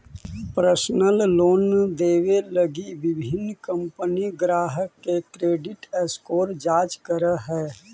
personal loan देवे लगी विभिन्न कंपनि ग्राहक के क्रेडिट स्कोर जांच करऽ हइ